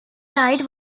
site